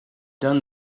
done